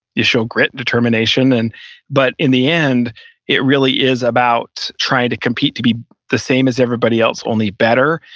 your show grit, determination. and but but in the end it really is about trying to compete to be the same as everybody else, only better.